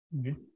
Okay